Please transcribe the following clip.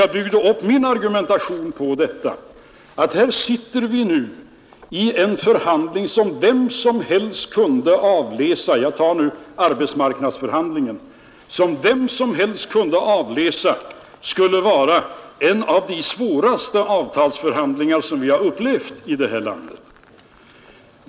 Jag byggde upp min argumentation på detta sätt: Här har vi nu i en förhandling — jag syftar på arbetsmarknadsförhandlingarna som vem som helst kunde avläsa skulle bli en av de svåraste avtalsförhandlingar vi har upplevt i det här landet.